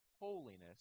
holiness